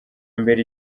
mbere